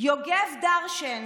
יוגב דרשן,